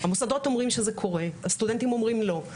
המוסדות אומרים שזה קורה, הסטודנטים אומרים לא.